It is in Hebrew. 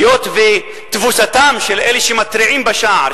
היות שתבוסתם של אלה שמתריעים בשער,